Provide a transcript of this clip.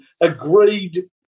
agreed